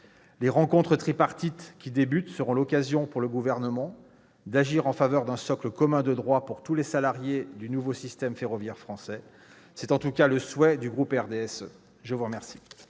Les rencontres tripartites qui débutent seront l'occasion, pour le Gouvernement, d'agir en faveur de l'instauration d'un socle commun de droits pour tous les salariés du nouveau système ferroviaire français. C'est en tout cas le souhait du groupe du RDSE. La parole